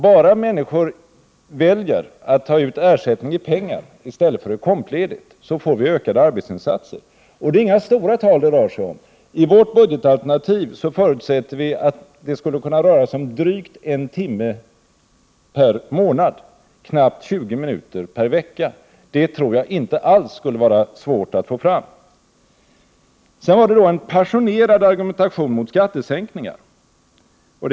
Bara människor väljer att ta ut ersättning i pengar i stället för i kompensationsledighet, får vi ökade arbetsinsatser. Det är inga stora tal det rör sig om. I vårt budgetalternativ förutsätter vi att det skulle röra sig om drygt en timme per månad, knappt 20 minuter per vecka. Det tror jag inte alls skulle vara svårt att få fram. Sedan fördes en passionerad argumentation mot sänkta skatter.